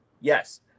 Yes